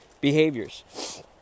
behaviors